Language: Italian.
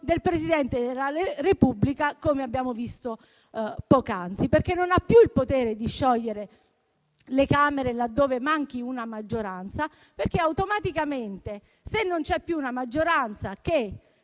del Presidente della Repubblica, come abbiamo visto poc'anzi, perché egli non ha più il potere di sciogliere le Camere laddove manchi una maggioranza. Automaticamente, se non c'è più una maggioranza che